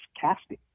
casting